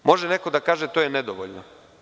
Može neko da kaže da je to nedovoljno.